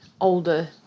older